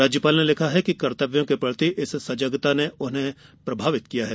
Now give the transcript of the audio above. राज्यपाल ने लिखा कि कर्त्तव्यों के प्रति इस सजगता ने उन्हें प्रभावित किया है